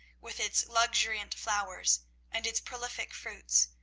with its luxuriant flowers and its prolific fruits,